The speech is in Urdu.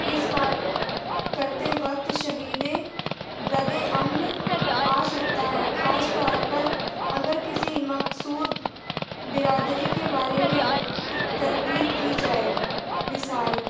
اس بات کرتے وقت شدید رد عمل آ سکتا ہے خاص طور پر اگر کسی مخصوص برادری کے بارے میں تنقید کی جائے مثال